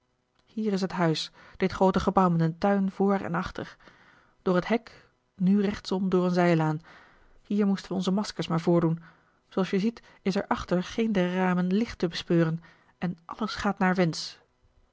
hier is het huis dit groote gebouw met een tuin voor en achter door het hek nu rechtsom door een zijlaan hier moesten wij onze maskers maar voordoen zooals je ziet is er achter geen der ramen licht te bespeuren en alles gaat naar wensch